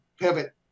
pivot